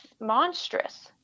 monstrous